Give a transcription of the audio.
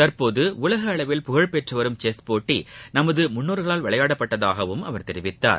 தற்போது உலக அளவில் புகழ் பெற்று வரும் செஸ் போட்டி நமது முன்னோர்களால் விளையாடப்பட்டதாகவும் அவர் தெரிவித்தார்